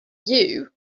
you